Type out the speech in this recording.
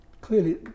clearly